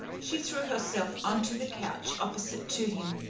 she threw herself on to the couch opposite to him.